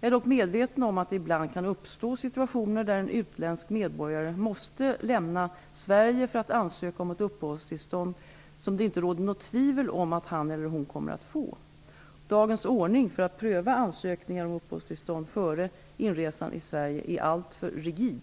Jag är dock medveten om att det ibland kan uppstå situationer där en utländsk medborgare måste lämna Sverige för att ansöka om ett uppehållstillstånd som det inte råder något tvivel om att han eller hon kommer att få. Dagens ordning för att pröva ansökningar om uppehållstillstånd före inresan i Sverige är alltför rigid.